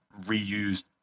reused